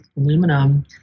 aluminum